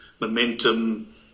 momentum